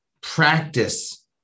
practice